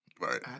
Right